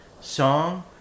song